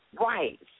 Right